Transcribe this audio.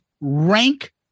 rank